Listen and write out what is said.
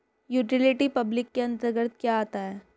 Utility public के अंतर्गत क्या आता है?